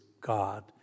God